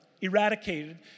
eradicated